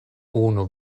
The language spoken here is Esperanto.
unu